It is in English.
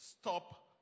Stop